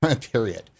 period